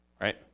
Right